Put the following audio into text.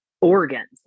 organs